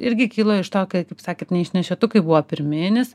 irgi kilo iš to kai kaip sakėt neišnešiotukai buvo pirminis